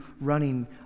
running